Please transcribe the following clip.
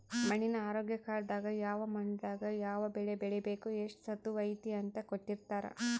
ಮಣ್ಣಿನ ಆರೋಗ್ಯ ಕಾರ್ಡ್ ದಾಗ ಯಾವ ಮಣ್ಣು ದಾಗ ಯಾವ ಬೆಳೆ ಬೆಳಿಬೆಕು ಎಷ್ಟು ಸತುವ್ ಐತಿ ಅಂತ ಕೋಟ್ಟಿರ್ತಾರಾ